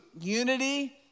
unity